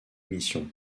missions